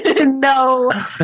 No